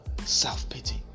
self-pity